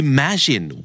Imagine